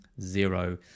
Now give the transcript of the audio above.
Zero